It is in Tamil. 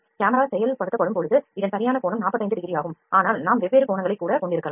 கேமரா செயல் படுத்தப்படும்பொழுது இதன் சரியான கோணம் 45 டிகிரி ஆகும் ஆனால் நாம் வெவ்வேறு கோணங்களைக் கூட கொண்டிருக்கலாம்